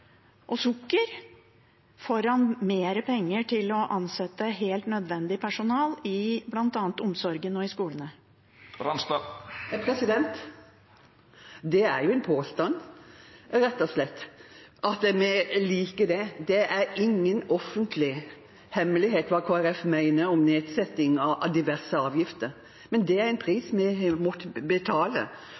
og sukker foran mer penger til å ansette helt nødvendig personale i bl.a. omsorgen og skolene? Det er en påstand, rett og slett, at vi liker det. Det er ingen offentlig hemmelighet hva Kristelig Folkeparti mener om nedsetting av diverse avgifter. Men det er en pris vi må betale